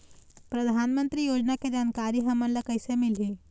परधानमंतरी योजना के जानकारी हमन ल कइसे मिलही?